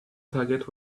target